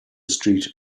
street